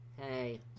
Hey